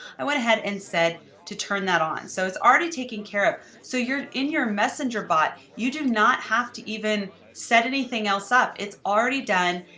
i went ahead and said to turn that on. so it's already taken care of. so in your messenger bot, you do not have to even set anything else up. it's already done.